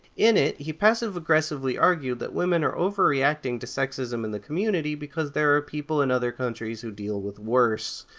in it, he passive-aggressively argued that women are overreacting to sexism in the community because there are people in other countries who deal with worse.